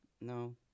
No